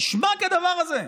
נשמע כדבר הזה?